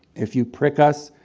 if you prick us,